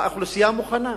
האוכלוסייה מוכנה,